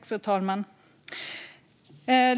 Fru talman!